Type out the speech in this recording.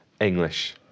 English